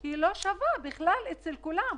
היא לא שווה בין כולם.